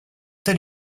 tel